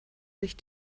sich